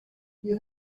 you